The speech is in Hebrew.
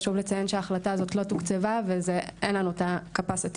חשוב לציין שההחלטה הזאת לא תוקצבה ואין לנו את ה"קפסיטי"